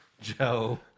Joe